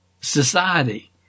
Society